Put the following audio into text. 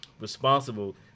responsible